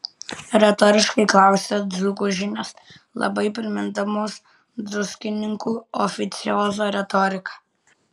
retoriškai klausia dzūkų žinios labai primindamos druskininkų oficiozo retoriką